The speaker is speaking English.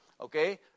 Okay